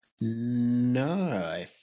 No